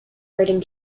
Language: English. writing